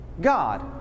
God